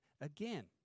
again